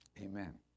Amen